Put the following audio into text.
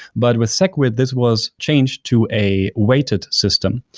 but with segwit, this was changed to a weighted system,